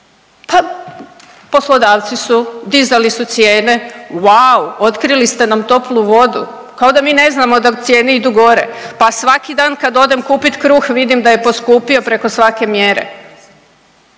Pa, poslodavci su, dizali su cijene, vau, otkrili ste nam toplu vodu, kao da mi ne znamo da cijene idu gore, pa svaki dan kad odem kupit kruh vidim da je poskupio preko svake mjere.